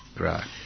right